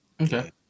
Okay